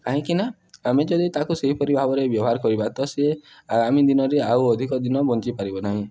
କାହିଁକିନା ଆମେ ଯଦି ତାକୁ ସେହିପରି ଭାବରେ ବ୍ୟବହାର କରିବା ତ ସିଏ ଆମି ଦିନରେ ଆଉ ଅଧିକ ଦିନ ବଞ୍ଚିପାରିବ ନାହିଁ